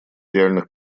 реальных